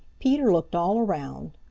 peter looked all around,